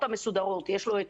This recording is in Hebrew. קשה.